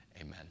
Amen